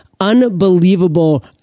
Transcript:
unbelievable